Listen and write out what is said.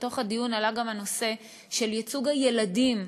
בדיון עלה גם הנושא של ייצוג הילדים.